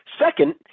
Second